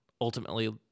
ultimately